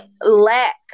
lack